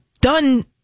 done